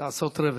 לעשות רוורס.